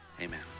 Amen